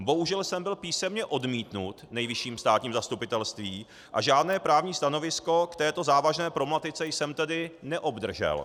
Bohužel jsem byl písemně odmítnut Nejvyšším státním zastupitelstvím a žádné právní stanovisko k této závažné problematice jsem tedy neobdržel.